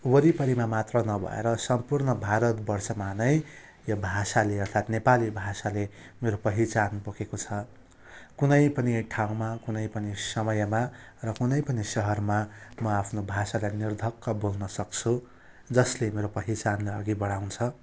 वरिपरिमा मात्र नभएर सम्पूर्ण भारतवर्षमा नै यो भाषाले अर्थात् नेपाली भाषाले मेरो पहिचान बोकेको छ कुनै पनि एक ठाउँमा कुनै पनि समयमा र कुनै पनि सहरमा म आफ्नो भाषालाई निर्धक्क बोल्नसक्छु जसले मेरो पहिचानलाई अघि बढाउँछ